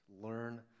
learn